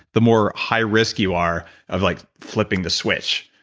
the more high risk you are of like flipping the switch.